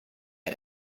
had